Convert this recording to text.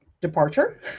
departure